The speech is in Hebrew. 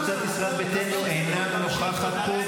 קבוצת ישראל ביתנו אינה נוכחת פה,